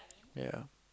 ya